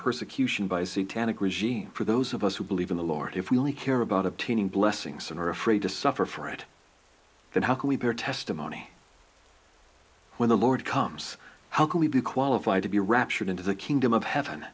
tannic regime for those of us who believe in the lord if we only care about obtaining blessings and are afraid to suffer for it then how can we bear testimony when the lord comes how can we be qualified to be raptured into the kingdom of heaven